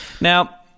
Now